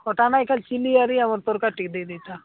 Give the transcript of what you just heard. ଖଟା ନାହିଁ ଖାଲି ଚିନି ତରକାରୀ ଟିକେ ଦେଇ ଦେଇଥା